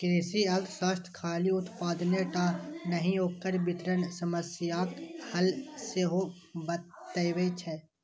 कृषि अर्थशास्त्र खाली उत्पादने टा नहि, ओकर वितरण समस्याक हल सेहो बतबै छै